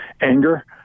anger –